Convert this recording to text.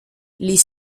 les